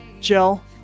Jill